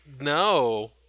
no